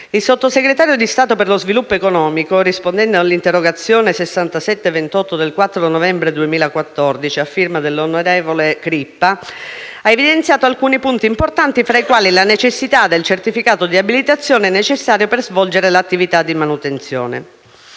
Il Sottosegretario di Stato per lo sviluppo economico, rispondendo all'interrogazione 4-06728 del 4 novembre 2014, a prima firma dell'onorevole Crippa, ha evidenziato alcuni punti importanti fra i quali la necessità del certificato di abilitazione necessario per svolgere l'attività di manutenzione.